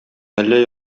әллә